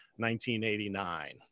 1989